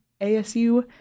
ASU